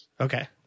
Okay